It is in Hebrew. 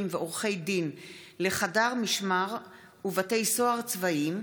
ועורכי דין לחדר משמר ובתי סוהר צבאיים),